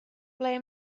ble